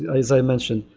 as i mentioned,